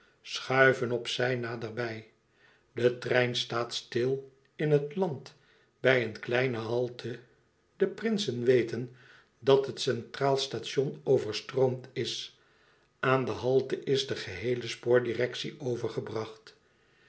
schuiven op zij naderbij de trein staat e ids aargang stil in het land bij een kleine halte de prinsen weten dat het centraal station overstroomd is aan de halte is de geheele spoordirectie overgebracht